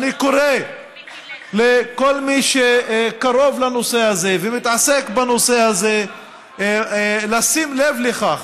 אני קורא לכל מי שקרוב לנושא הזה ומתעסק בנושא הזה לשים לב לכך